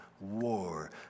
war